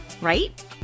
right